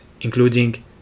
including